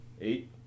Eight